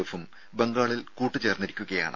എഫും ബംഗാളിൽ കൂട്ട്ചേർന്നിരിക്കുകയാണ്